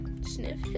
Sniff